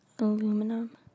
aluminum